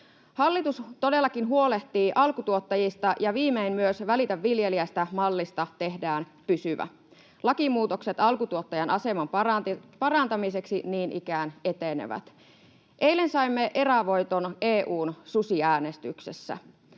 Hallitus todellakin huolehtii alkutuottajista, ja viimein myös Välitä viljelijästä -mallista tehdään pysyvä. Lakimuutokset alkutuottajan aseman parantamiseksi niin ikään etenevät. Eilen saimme erävoiton EU:n susiäänestyksessä,